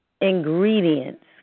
ingredients